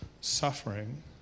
suffering